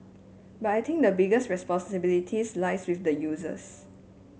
but I think the biggest responsibility lies with the users